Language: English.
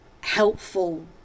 helpful